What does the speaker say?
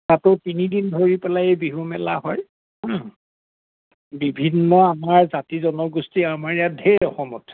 তাতো তিনিদিন ধৰি পেলাই বিহু মেলা হয় বিভিন্ন আমাৰ জাতি জনগোষ্ঠী আমাৰ ইয়াত ঢেৰ অসমত